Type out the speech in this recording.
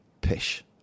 Pish